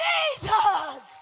Jesus